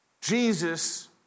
Jesus